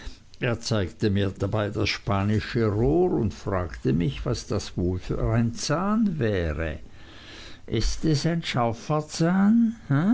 er zeigte mir dabei das spanische rohr und fragte mich was das wohl für ein zahn wäre ist es ein scharfer